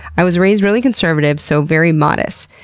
i was raised really conservative, so very modest.